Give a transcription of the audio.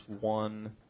one